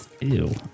Ew